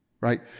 right